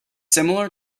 similar